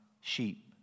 sheep